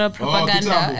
propaganda